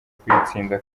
kuyitsinda